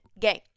game